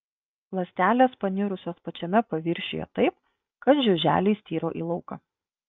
ląstelės panirusios pačiame paviršiuje taip kad žiuželiai styro į lauką